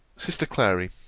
sister clary,